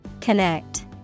Connect